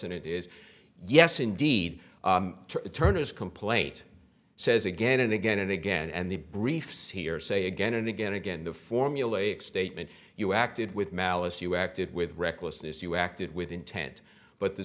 nt is yes indeed to turn his complaint says again and again and again and the briefs here say again and again again the formulaic statement you acted with malice you acted with recklessness you acted with intent but the